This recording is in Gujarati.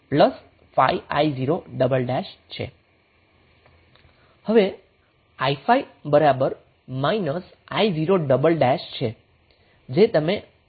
હવે i5 i0 છે જે તમે અહીંથી જોઈ શકો છો